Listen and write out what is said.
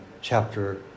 chapter